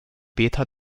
beta